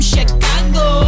Chicago